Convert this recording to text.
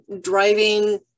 driving